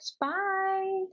Bye